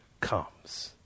comes